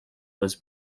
was